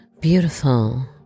beautiful